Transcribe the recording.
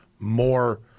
more